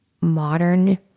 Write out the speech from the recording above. modern